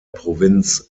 provinz